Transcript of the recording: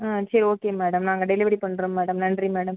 ஆ சரி okay madam நாங்கள் delivery பண்ணுறோம் மேடம் நன்றி மேடம்